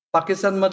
Pakistan